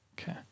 Okay